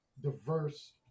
diverse